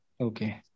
Okay